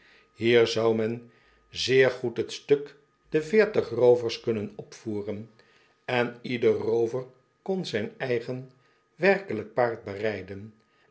hier zou men zeer goed t stuk de veertig roovers kunnen opvoeren en ieder roover kon zgn eigen werkelijk paard